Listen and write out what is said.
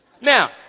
Now